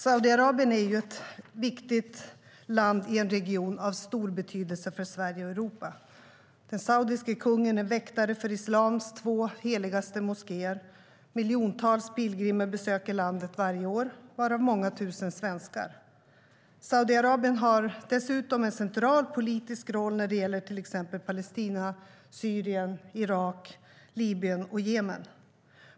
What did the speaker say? Saudiarabien är ett viktigt land i en region av stor betydelse för Sverige och Europa. Den saudiske kungen är väktare för islams två heligaste moskéer. Miljontals pilgrimer besöker landet varje år, varav många tusen svenskar. Saudiarabien har dessutom en central politisk roll när det gäller till exempel Palestina, Syrien, Irak, Libyen och Jemen.